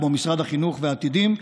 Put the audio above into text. כמו משרד החינוך ו"עתידים",